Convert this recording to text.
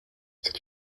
c’est